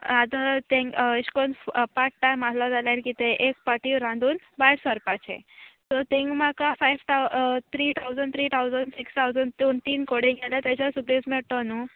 आतां तेंग एश कोन पार्ट टायम आहलो जाल्यार कितें एक पाटी रांदून भायर सोरपाचें सो तेंग म्हाका five thou three thousand three thousand six thousand तीन तीन कोडे गेल्यार तेज्या सुबेज मेट्टो न्हू